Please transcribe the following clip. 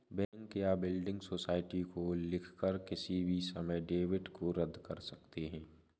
bank या building society को लिखकर किसी भी समय डेबिट को रद्द कर सकते हैं